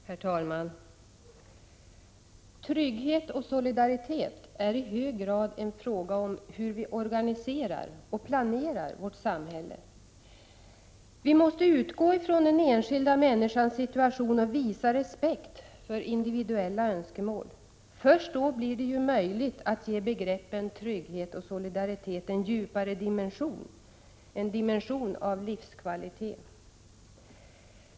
Herr talman! Trygghet och solidaritet är i hög grad en fråga om hur vi organiserar och planerar vårt samhälle. Vi måste utgå från den enskilda människans situation och visa respekt för individuella önskemål. Först då blir det möjligt att ge begreppen trygghet och solidaritet en djupare dimension, en dimension av livskvalitet.